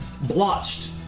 blotched